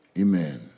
Amen